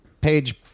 page